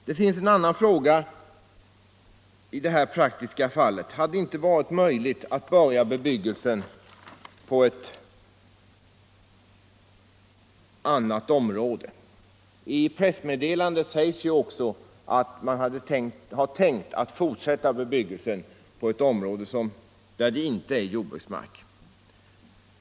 Det finns en annan fråga i det här praktiska fallet. Hade det inte varit möjligt att börja bebyggelsen på ett annat område? I pressmeddelandet sägs också att man har tänkt fortsätta bebyggelsen på ett område som inte är jordbruksmark.